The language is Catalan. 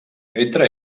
entre